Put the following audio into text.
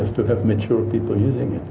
to have mature people using